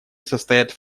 состоят